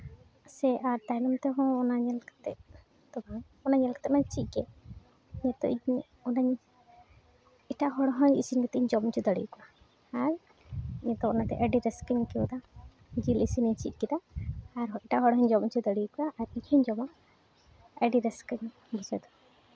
ᱥᱮ ᱟᱨ ᱛᱟᱭᱱᱚᱢ ᱛᱮᱦᱚᱸ ᱚᱱᱟ ᱧᱮᱞ ᱠᱟᱛᱮᱫ ᱛᱚᱵᱮ ᱚᱱᱟ ᱧᱮᱞ ᱠᱟᱛᱮᱫ ᱢᱟᱹᱧ ᱪᱮᱫ ᱠᱮᱫ ᱱᱤᱛᱚᱜ ᱤᱧ ᱚᱱᱟᱧ ᱮᱴᱟᱜ ᱦᱚᱲ ᱦᱚᱸ ᱤᱥᱤᱱ ᱠᱟᱛᱮᱫ ᱤᱧ ᱡᱚᱢ ᱦᱚᱪᱚ ᱫᱟᱲᱮᱭᱟ ᱠᱚᱣᱟ ᱟᱨ ᱱᱤᱛᱚᱜ ᱚᱱᱟᱛᱮ ᱟᱹᱰᱤ ᱨᱟᱹᱥᱠᱟᱹᱧ ᱟᱹᱭᱠᱟᱹᱣᱫᱟ ᱡᱤᱞ ᱤᱥᱤᱱᱤᱧ ᱪᱮᱫ ᱠᱮᱫᱟ ᱟᱨᱦᱚᱸ ᱮᱴᱟᱜ ᱦᱚᱲ ᱦᱚᱸᱧ ᱡᱚᱢ ᱦᱚᱪᱚ ᱫᱟᱲᱮᱭ ᱠᱚᱣᱟ ᱟᱨ ᱤᱧᱦᱚᱸᱧ ᱡᱚᱢᱟ ᱟᱹᱰᱤ ᱨᱟᱹᱥᱠᱟᱹᱧ ᱵᱩᱡᱷᱟᱣᱮᱫᱚ